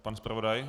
Pan zpravodaj.